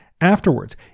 Afterwards